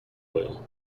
oil